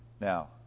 Now